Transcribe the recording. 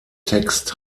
text